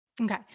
Okay